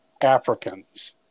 Africans